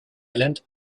island